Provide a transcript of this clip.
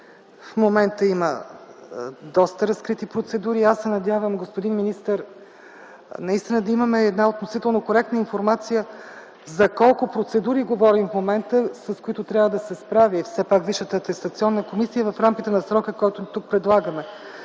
в момента има доста разкрити процедури. Надявам се, господин министър, наистина да имаме относително коректна информация за колко процедури говорим в момента, с които трябва да се справи Висшата атестационна комисия в рамките на срока, който тук предлагаме.